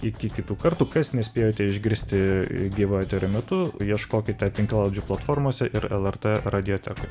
iki kitų kartų kas nespėjote išgirsti gyvo eterio metu ieškokite tinklalaidžių platformose ir lrt radiotekoj